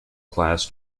class